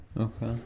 Okay